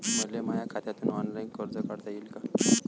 मले माया खात्यातून ऑनलाईन कर्ज काढता येईन का?